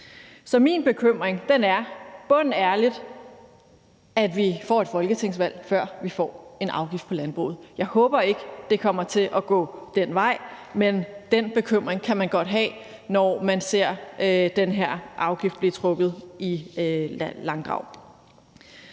Så min bekymring er bundærligt, at vi får et folketingsvalg, før vi får en afgift på landbruget. Jeg håber ikke, det kommer til at gå den vej, men den bekymring kan man godt have, når man ser den her afgift blive trukket i langdrag.